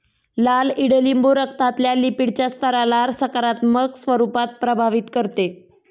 लाल ईडलिंबू रक्तातल्या लिपीडच्या स्तराला सकारात्मक स्वरूपात प्रभावित करते